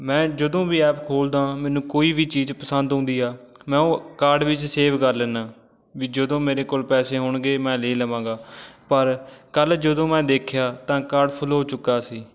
ਮੈਂ ਜਦੋਂ ਵੀ ਐਪ ਖੋਲਦਾ ਹਾਂ ਮੈਨੂੰ ਕੋਈ ਵੀ ਚੀਜ਼ ਪਸੰਦ ਆਉਂਦੀ ਆ ਮੈਂ ਉਹ ਕਾਰਟ ਵਿੱਚ ਸੇਵ ਕਰ ਲੈਂਦਾ ਵੀ ਜਦੋਂ ਮੇਰੇ ਕੋਲ ਪੈਸੇ ਹੋਣਗੇ ਮੈਂ ਲੈ ਲਵਾਂਗਾ ਪਰ ਕੱਲ੍ਹ ਜਦੋਂ ਮੈਂ ਦੇਖਿਆ ਤਾਂ ਕਾਰਟ ਫੁੱਲ ਹੋ ਚੁੱਕਾ ਸੀ